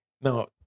Now